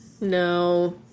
No